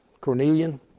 Cornelian